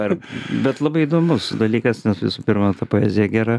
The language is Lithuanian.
ar bet labai įdomus dalykas nes visų pirma ta poezija gera